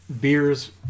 Beers